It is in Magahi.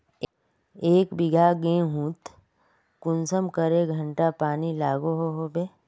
एक बिगहा गेँहूत कुंसम करे घंटा पानी लागोहो होबे?